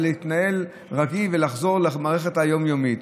ולהתנהל רגיל ולחזור למערכת היום-יומית.